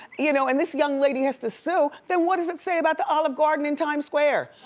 you know and this young lady has to sue, then what does it say about the olive garden in times square?